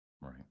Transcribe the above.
Right